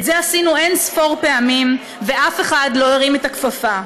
את זה עשינו אין-ספור פעמים ואף אחד לא הרים את הכפפה.